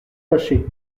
fâché